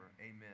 Amen